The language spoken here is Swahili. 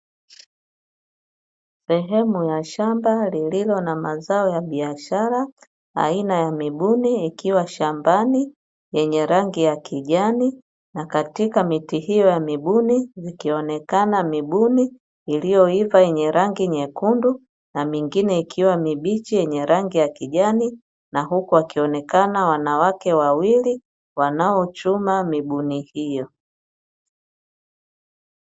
Sehemu ya shamba lililo na mazao ya biashara aina ya mibuni. Ikiwa shambani yenye rangi ya kijani na katika miti hiyo ya mibuni zikionekana, mibuni iliyoiva yenye rangi nyekundu na mingine ikiwa mibichi yenye rangi ya kijani, na huku wakionekana wanawake wawili wanaochuma migubuni hiyo.